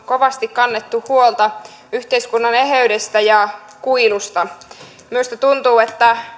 kovasti kannettu huolta yhteiskunnan eheydestä ja kuilusta minusta tuntuu että